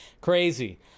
crazy